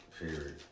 period